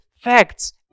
facts